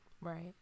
Right